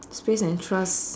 face and trust